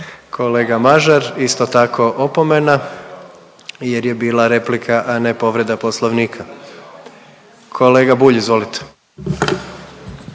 Kolega Mažar, isto tako opomena jer je bila replika, a ne povreda Poslovnika. Kolega Bulj izvolite.